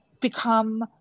become